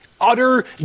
Utter